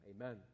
Amen